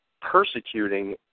persecuting